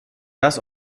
raz